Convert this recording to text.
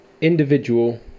individual